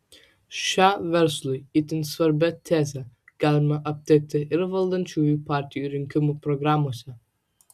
šią verslui itin svarbią tezę galima aptikti ir valdančiųjų partijų rinkimų programose